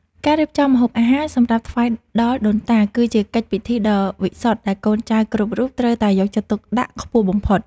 ការរៀបចំម្ហូបអាហារសម្រាប់ថ្វាយដល់ដូនតា គឺជាកិច្ចពិធីដ៏វិសុទ្ធដែលកូនចៅគ្រប់រូបត្រូវតែយកចិត្តទុកដាក់ខ្ពស់បំផុត។